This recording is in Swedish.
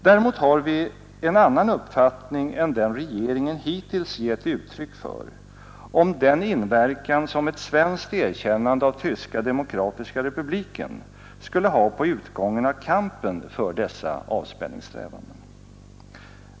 Däremot har vi en annan uppfattning än den regeringen hittills gett uttryck för om den inverkan som ett svenskt erkännande av Tyska demokratiska republiken skulle ha på utgången av kampen för dessa avspänningssträvanden.